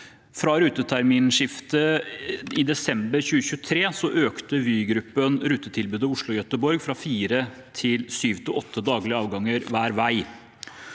Fra ruteterminskiftet i desember 2023 økte Vygruppen rutetilbudet Oslo–Göteborg fra fire til syv–åtte daglige avganger hver vei.